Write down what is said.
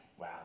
Wow